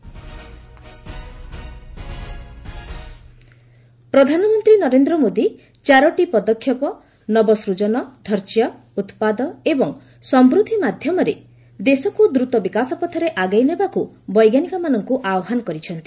PM science congress ପ୍ରଧାନମନ୍ତ୍ରୀ ନରେନ୍ଦ୍ର ମୋଦି ଚାରୋଟି ପଦକ୍ଷେପ ନବସ୍କଜନ ଧୈର୍ଯ୍ୟ ଉତ୍ପାଦ ଏବଂ ସମୃଦ୍ଧି ମାଧ୍ୟମରେ ଦେଶକୁ ଦ୍ରୁତ ବିକାଶପଥରେ ଆଗେଇ ନେବାକୁ ବୈଜ୍ଞାନିକମାନଙ୍କୁ ଆହ୍ୱାନ କରିଛନ୍ତି